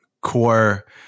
core